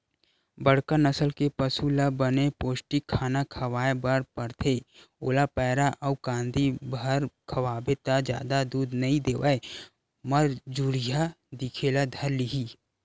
बड़का नसल के पसु ल बने पोस्टिक खाना खवाए बर परथे, ओला पैरा अउ कांदी भर खवाबे त जादा दूद नइ देवय मरझुरहा दिखे ल धर लिही